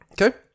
okay